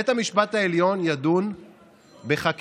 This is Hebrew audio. בית המשפט העליון ידון בחקיקה